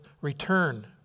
return